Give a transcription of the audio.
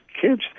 kids